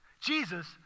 Jesus